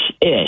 ish